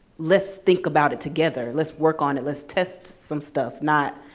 let's think about it together. let's work on it. let's test some stuff. not,